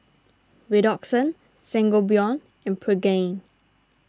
Redoxon Sangobion and Pregain